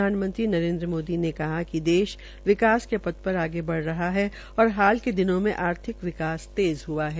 प्रधानमंत्री नरेन्द्र मोदी ने कहा कि देश विकास के पथ पर आगे बढ़ रहा है और हाल के दिनों में आर्थिक विकास तेज़ हुआ है